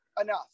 enough